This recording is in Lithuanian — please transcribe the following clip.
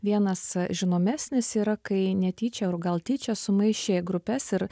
vienas žinomesnis yra kai netyčia o gal tyčia sumaišė grupes ir